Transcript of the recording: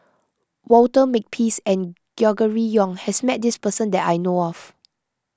Walter Makepeace and Gregory Yong has met this person that I know of